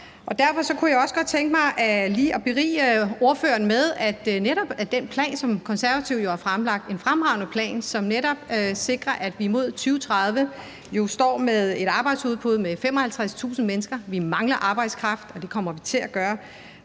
Derfor kunne jeg også godt tænke mig lige at berige ordføreren med, at det netop er den plan, som Konservative jo har fremlagt – en fremragende plan – som netop sikrer, at vi frem mod 2030 står med et arbejdsudbud på 55.000 mennesker mere. Vi mangler arbejdskraft, og det kommer vi også til at gøre